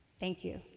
thank you.